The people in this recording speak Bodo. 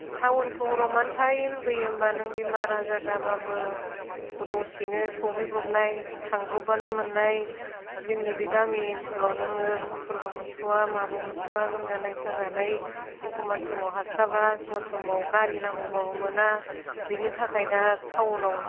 टाउन सहराव मानो थानो लुबैयो होनबा नों बेमार आजार जाबाबो दसेनो सहैब्रबनाय थांब्रब्बानो मोननाय जोंनि बे गामि ओनसोलाव नोङो मथरबो मोनस'वा माबो मोनस'वा लोमजानाय साजानाय एखम्बा समाव हास्लाबा एखम्बा समाव गारि नांगौबाबो मोना बिनि थाखाय दा टाउनाव